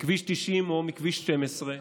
מכביש 90 או מכביש 12,